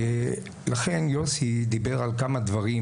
לכן יוסי דיבר על כמה דברים,